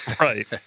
Right